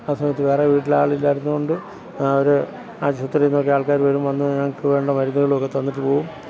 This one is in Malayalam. ആ സമയത്ത് വേറെ വീട്ടിലാളില്ലാതിരുന്നത് കൊണ്ട് അവർ ആശുപത്രിയിൽ നിന്നും ഒക്കെ ആള്ക്കാർ വരും വന്ന് ഞങ്ങൾക്ക് വേണ്ട മരുന്നുകളും ഒക്കെ തന്നിട്ട് പോവും